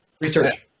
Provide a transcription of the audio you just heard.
Research